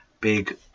big